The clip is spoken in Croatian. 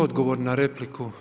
Odgovor na repliku.